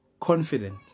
confident